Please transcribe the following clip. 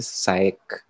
psych